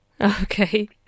Okay